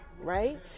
right